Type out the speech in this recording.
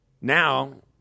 now